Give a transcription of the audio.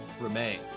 remain